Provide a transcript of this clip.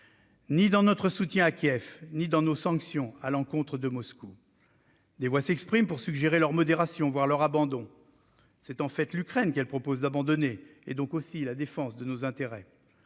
ni dans notre soutien à Kiev ni dans nos sanctions à l'encontre de Moscou. Des voix s'expriment pour suggérer leur modération, voire leur abandon. C'est en fait l'Ukraine qu'elles proposent d'abandonner et donc aussi la défense de nos intérêts.